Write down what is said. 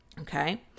Okay